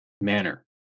manner